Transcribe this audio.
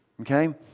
okay